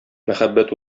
мәхәббәт